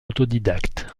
autodidacte